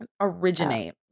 Originate